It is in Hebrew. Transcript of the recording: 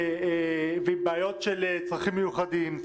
ועם בעיות של צרכים מיוחדים,